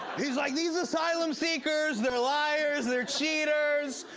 he's like, these asylum seekers, they're liars, they're cheaters,